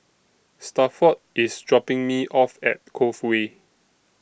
Stafford IS dropping Me off At Cove Way